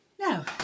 Now